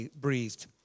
breathed